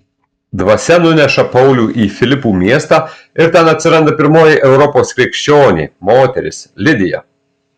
dvasia nuneša paulių į filipų miestą ir ten atsiranda pirmoji europos krikščionė moteris lidija